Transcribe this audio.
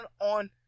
on